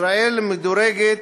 ישראל מדורגת